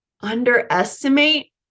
underestimate